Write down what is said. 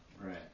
Right